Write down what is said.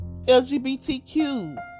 LGBTQ